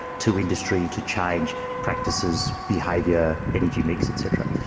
to industry to change practices, behaviour, energy mix, et cetera.